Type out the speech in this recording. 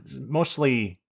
mostly